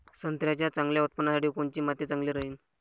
संत्र्याच्या चांगल्या उत्पन्नासाठी कोनची माती चांगली राहिनं?